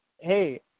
Hey